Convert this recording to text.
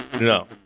No